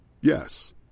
Yes